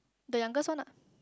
the youngest one ah